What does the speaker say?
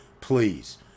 please